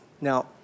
Now